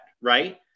Right